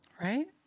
Right